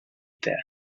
there